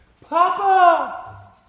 Papa